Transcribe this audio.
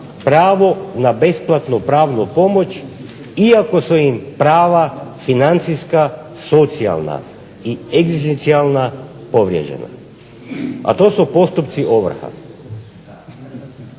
pravo na besplatnu pravnu pomoć iako su im prava financijska, socijalna i egzistencijalna povrijeđena. A to su postupci ovrha.